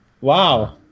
Wow